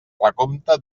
recompte